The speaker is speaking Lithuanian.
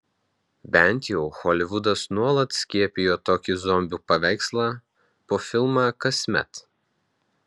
bent jau holivudas nuolat skiepijo tokį zombių paveikslą po filmą kasmet